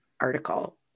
Article